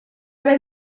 been